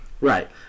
Right